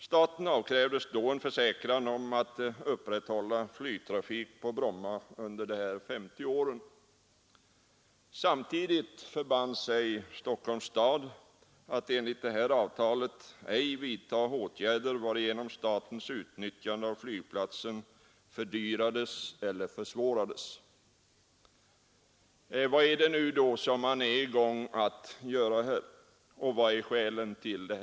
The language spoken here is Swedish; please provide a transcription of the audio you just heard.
Staten avkrävdes då en försäkran om att upprätthålla flygtrafik på Bromma under dessa 50 år. Samtidigt förband sig Stockholms stad enligt avtalet att ej vidta åtgärder, varigenom statens utnyttjande av flygplatsen fördyrades eller försvårades. Vad håller man nu på att göra här, och vilka är motiven?